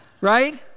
right